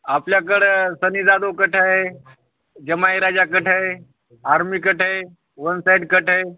आपल्याकडे सनि जादव कट आहे जमाई राजा कट आहे आर्मी कट आहे वन साईड कट आहे